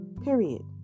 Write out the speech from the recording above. Period